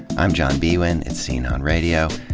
i'm john biewen, it's scene on radio,